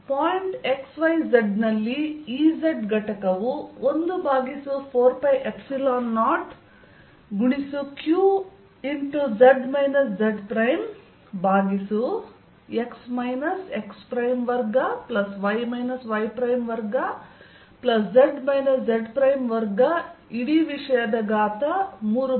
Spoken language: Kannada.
ಪಾಯಿಂಟ್ x y z ನಲ್ಲಿ Ez ಯು 14π0 qz z ಪ್ರೈಮ್ ಭಾಗಿಸು x x2y y2z z2 ರ ಘಾತ 32